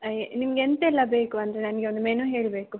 ಅಯ್ ನಿಮ್ಗೆ ಎಂತೆಲ್ಲ ಬೇಕು ಅಂದರೆ ನನಗೆ ಒಂದು ಮೆನು ಹೇಳಬೇಕು